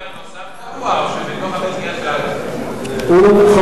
הרב הצבאי הראשי לצה"ל לא רק משקיף במועצת הרבנות אלא חבר,